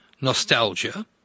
nostalgia